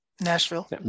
Nashville